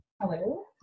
Hello